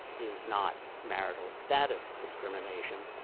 is not marital status discrimination,